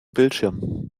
bildschirm